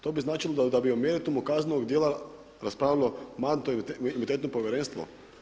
To bi značilo da bi o meritumu kaznenog djela raspravljalo Mandatno-imunitetno povjerenstvo.